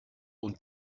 und